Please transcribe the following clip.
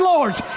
Lords